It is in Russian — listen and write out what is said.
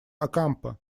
окампо